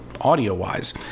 audio-wise